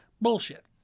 Bullshit